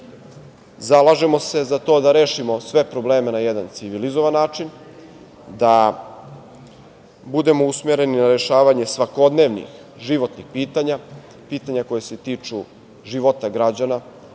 Zalažemo se za to da rešimo sve probleme na jedan civilizovan način, da budemo usmereni na rešavanje svakodnevnih životnih pitanja, pitanja koja se tiču života građana